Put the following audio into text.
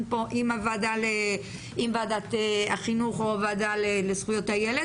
פה עם ועדת החינוך או הוועדה לזכויות הילד,